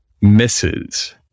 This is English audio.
misses